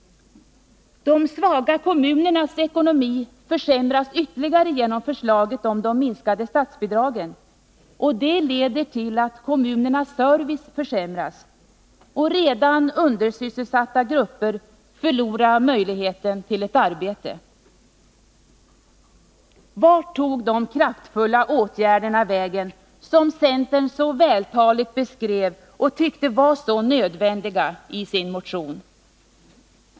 De svaga kommunernas ekonomi försämras ytterligare genom förslaget om de minskade statsbidragen. Det leder till att kommunernas service försämras och redan undersysselsatta grupper förlorar möjligheten till ett arbete. Vart tog de kraftfulla åtgärderna vägen som centern så vältaligt beskrev och tyckte var så nödvändiga i sin motion?